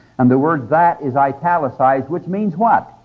and the word that is italicized, which means what?